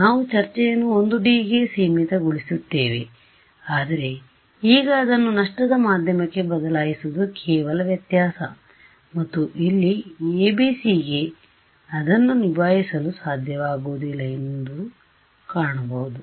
ಆದ್ದರಿಂದ ನಾವು ಚರ್ಚೆಯನ್ನು 1D ಗೆ ಸೀಮಿತಗೊಳಿಸುತ್ತೇವೆ ಆದರೆ ಈಗ ಅದನ್ನು ನಷ್ಟದ ಮಾಧ್ಯಮಕ್ಕೆ ಬದಲಾಯಿಸುವುದು ಕೇವಲ ವ್ಯತ್ಯಾಸ ಮತ್ತು ಇಲ್ಲಿ ABCಗೆ ಅದನ್ನು ನಿಭಾಯಿಸಲು ಸಾಧ್ಯವಾಗುವುದಿಲ್ಲ ಎಂದು ಕಾಣಬಹುದು